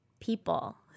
people